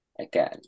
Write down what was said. again